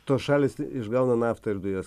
tos šalys išgauna naftą ir dujas